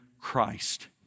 Christ